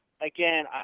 again